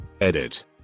Edit